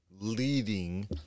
leading